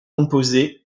composé